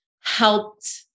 helped